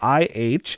IH